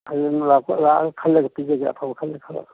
ꯍꯌꯦꯡ ꯂꯥꯛꯑ ꯈꯜꯂꯒ ꯄꯤꯖꯒꯦ ꯑꯐꯕ ꯈꯜꯂ ꯈꯜꯂꯒ